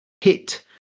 hit